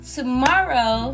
Tomorrow